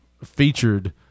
featured